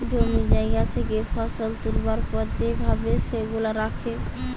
জমি জায়গা থেকে ফসল তুলবার পর যে ভাবে সেগুলা রাখে